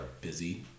busy